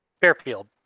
Fairfield